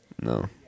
No